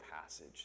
passage